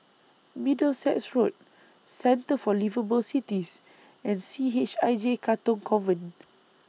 Middlesex Road Centre For Liveable Cities and C H I J Katong Convent